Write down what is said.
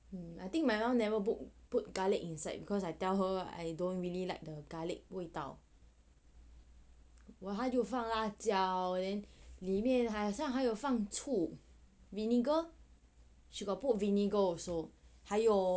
um I think my mum never bo~ put garlic inside because I tell her I don't really like the garlic 味道我还有放辣椒 then 里面好像还有放醋 vinegar I also got put vinegar 还有